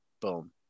Boom